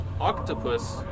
octopus